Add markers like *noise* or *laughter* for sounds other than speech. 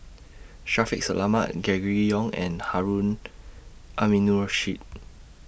Shaffiq Selamat Gregory Yong and Harun *noise* Aminurrashid